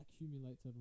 accumulates